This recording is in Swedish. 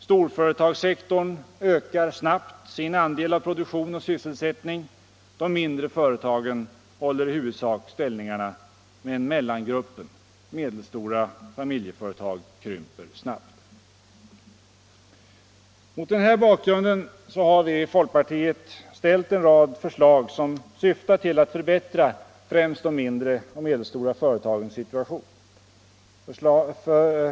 Storföretagssektorn ökar snabbt sin andel av produktion och sysselsättning. De mindre företagen håller i huvudsak ställningarna. Men mellangruppen - medelstora familjeföretag — krymper snabbt. Mot denna bakgrund har vi i folkpartiet ställt en rad förslag som syftar till att förbättra främst de mindre och medelstora företagens situation.